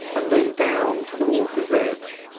and then down to the water's edge.